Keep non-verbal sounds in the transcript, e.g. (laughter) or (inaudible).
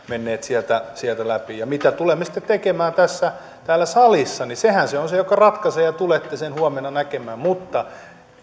(unintelligible) menneet sieltä sieltä läpi mitä tulemme sitten tekemään tässä täällä salissa niin sehän on se joka ratkaisee ja ja tulette sen huomenna näkemään mutta